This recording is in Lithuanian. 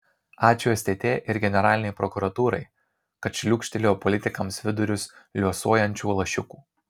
ačiū stt ir generalinei prokuratūrai kad šliūkštelėjo politikams vidurius liuosuojančių lašiukų